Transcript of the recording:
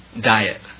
diet